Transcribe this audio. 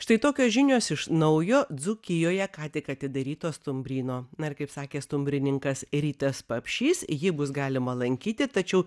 štai tokios žinios iš naujo dzūkijoje ką tik atidaryto stumbryno na ir kaip sakė stumbrininkas rytas papšys jį bus galima lankyti tačiau